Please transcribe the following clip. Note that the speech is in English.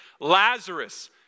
Lazarus